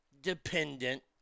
dependent